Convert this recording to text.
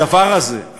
הדבר הזה,